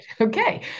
Okay